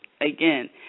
again